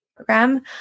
program